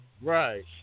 Right